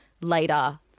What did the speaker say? later